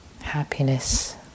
Happiness